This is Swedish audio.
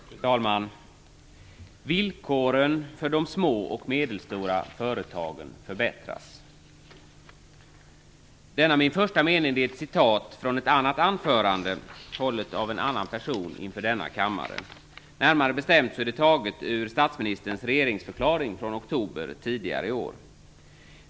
Fru talman! "Villkoren för de små och medelstora företagen förbättras." Denna min första mening är ett citat från ett annat anförande, hållet av en annan person inför denna kammare. Närmare bestämt är det taget ur statsministerns regeringsförklaring från oktober i år.